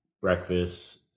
breakfast